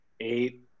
eight